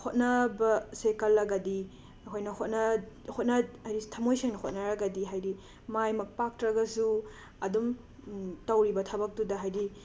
ꯍꯣꯠꯅꯕꯁꯦ ꯀꯜꯂꯒꯗꯤ ꯑꯩꯈꯣꯏꯅ ꯍꯣꯠꯅ ꯍꯣꯠꯅ ꯍꯥꯏꯗꯤ ꯊꯝꯃꯣꯏ ꯁꯦꯡꯅ ꯍꯣꯠꯅꯔꯒꯗꯤ ꯍꯥꯏꯗꯤ ꯃꯥꯏꯃꯛ ꯄꯥꯛꯇ꯭ꯔꯒꯁꯨ ꯑꯗꯨꯝ ꯇꯧꯔꯤꯕ ꯊꯕꯛꯇꯨꯗ ꯍꯥꯏꯗꯤ